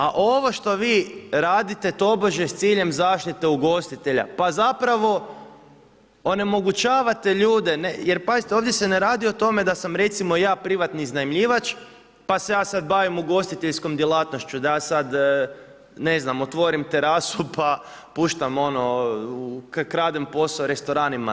A ovo što radite tobože s ciljem zaštite ugostitelja, pa zapravo onemogućavate ljude, jer pazite ovdje se ne radi o tome da sam recimo ja privatni iznajmljivač pa se ja sada bavim ugostiteljskom djelatnošću da ja sad, ne znam otvorim terasu pa puštam ono, kradem posao restoranima.